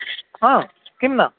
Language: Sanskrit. किं न